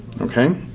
Okay